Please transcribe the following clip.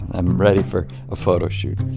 i'm ready for a photoshoot.